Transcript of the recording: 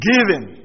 Giving